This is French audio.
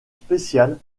spécial